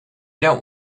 dont